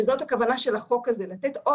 יש לך מומחה הנגישות שהיה צריך ללכת לכל